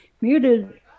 muted